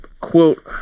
quote